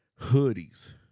hoodies